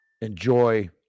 enjoy